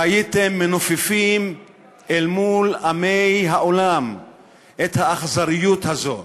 והייתם מנופפים אל מול עמי העולם את האכזריות הזאת.